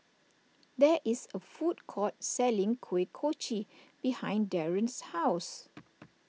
there is a food court selling Kuih Kochi behind Deron's house